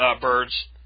birds